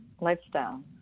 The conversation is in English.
lifestyle